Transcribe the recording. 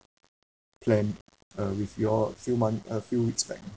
plan uh with you all few month uh few weeks back